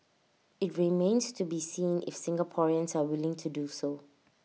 IT remains to be seen if Singaporeans are willing to do so